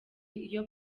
iyo